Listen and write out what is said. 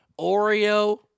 Oreo